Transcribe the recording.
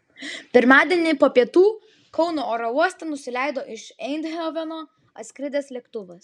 pirmadienį po pietų kauno oro uoste nusileido iš eindhoveno atskridęs lėktuvas